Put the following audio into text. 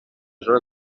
zona